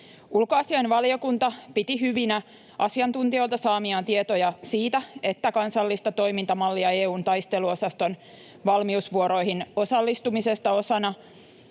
Ulkoasiainvaliokunta piti hyvinä asiantuntijoilta saamiaan tietoja siitä, että kansallista toimintamallia EU:n taisteluosaston valmiusvuoroihin osallistumisen osalta